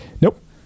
Nope